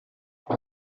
pour